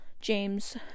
James